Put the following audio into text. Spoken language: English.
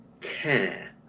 care